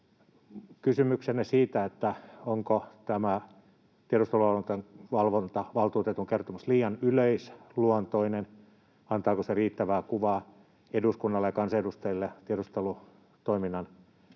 Kysymyksenne siitä, onko tämä tiedusteluvalvontavaltuutetun kertomus liian yleisluontoinen, antaako se riittävää kuvaa eduskunnalle ja kansanedustajille tiedustelutoiminnan